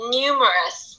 numerous